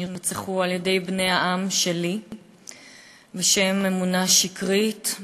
שנרצחו על-ידי בני העם שלי בשם אמונה שקרית,